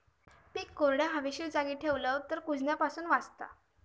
पीक कोरड्या, हवेशीर जागी ठेवलव तर कुजण्यापासून वाचता